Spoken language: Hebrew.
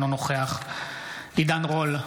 אינו נוכח עידן רול,